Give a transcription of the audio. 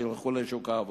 שילכו לשוק העבודה.